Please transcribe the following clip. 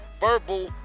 verbal